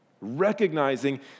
recognizing